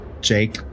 Jake